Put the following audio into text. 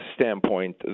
standpoint